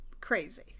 crazy